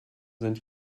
sind